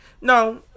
No